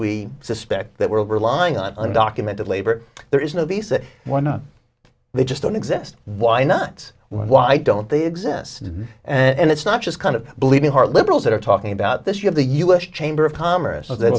we suspect that we're relying on undocumented labor there is no he said why not they just don't exist why not why don't they exist and it's not just kind of bleeding heart liberals that are talking about this you have the u s chamber of commerce that